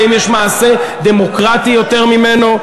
האם יש מעשה דמוקרטי יותר ממנו?